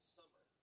summer